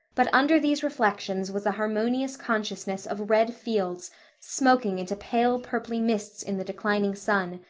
but under these reflections was a harmonious consciousness of red fields smoking into pale-purply mists in the declining sun,